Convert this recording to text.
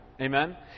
Amen